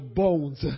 bones